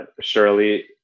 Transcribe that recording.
surely